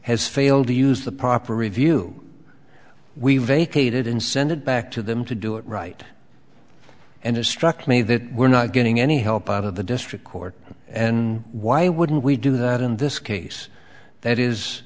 has failed to use the proper review we vacated and send it back to them to do it right and it struck me that we're not getting any help out of the district court and why wouldn't we do that in this case that is